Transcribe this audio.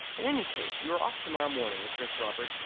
in any case you are off to-morrow morning, observed robert.